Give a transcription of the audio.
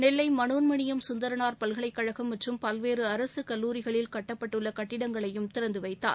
நெல்லை மனோன்மணியம் சுந்தரனார் பல்கலைக்கழகம் மற்றும் பல்வேறு அரசு கல்லூரிகளில் கட்டப்பட்டுள்ள கட்டடங்களையும் திறந்து வைத்தார்